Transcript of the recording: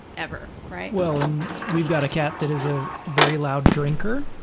ever, right? well, and we've got a cat that is a very loud drinker,